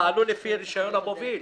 נהגים שפעלו לפי רישיון המוביל?